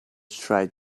tried